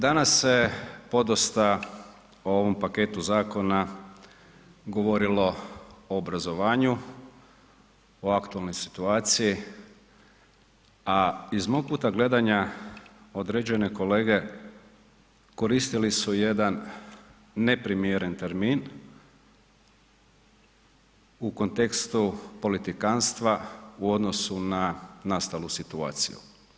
Danas se podosta o ovom paketu zakona govorilo o obrazovanju, o aktualnoj situaciji, a iz mog kuta gledanja određene kolege koristili su jedan neprimjereni termin u kontekstu politikantstva u odnosu na nastalu situaciju.